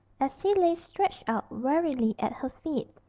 as he lay stretched out wearily at her feet.